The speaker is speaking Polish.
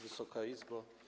Wysoka Izbo!